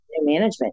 management